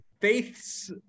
Faith's